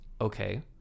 okay